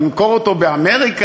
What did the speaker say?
למכור אותו באמריקה,